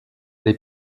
les